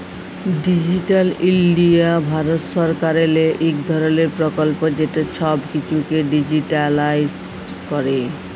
digital India Bharat সরকারেরলে ইক ধরলের পরকল্প যেট ছব কিছুকে ডিজিটালাইস্ড ক্যরে